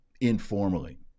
informally